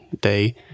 day